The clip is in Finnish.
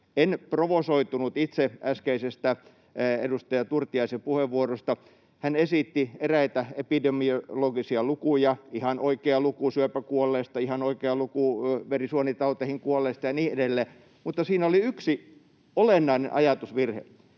En provosoitunut itse äskeisestä edustaja Turtiaisen puheenvuorosta. Hän esitti eräitä epidemiologisia lukuja — ihan oikean luvun syöpään kuolleista, ihan oikean luvun verisuonitauteihin kuolleista ja niin edelleen — mutta siinä oli yksi olennainen ajatusvirhe: